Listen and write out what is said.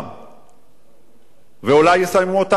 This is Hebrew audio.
אותן ואולי יסיימו אותן בעוד שנתיים.